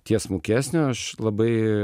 tiesmukesnio aš labai